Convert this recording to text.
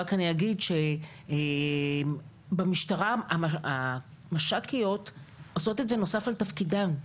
אבל אני רק אגיד שבמשטרה המש"קיות עושות את זה נוסף על תפקידן.